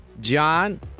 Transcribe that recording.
John